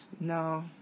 No